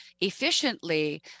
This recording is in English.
efficiently